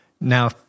Now